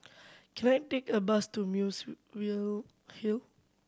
can I take a bus to Muswell Hill